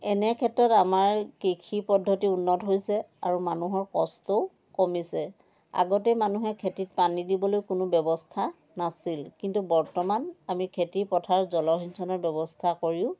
এনে ক্ষেত্ৰত আমাৰ কৃষি পদ্ধতি উন্নত হৈছে আৰু মানুহৰ কষ্টও কমিছে আগতে মানুহে খেতিত পানী দিবলৈ কোনো ব্যৱস্থা নাছিল কিন্তু বৰ্তমান আমি খেতিপথাৰত জলসিঞ্চনৰ ব্যৱস্থা কৰিও